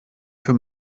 für